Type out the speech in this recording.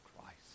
Christ